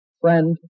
friend